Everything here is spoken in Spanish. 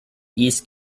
east